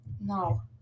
No